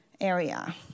area